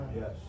Yes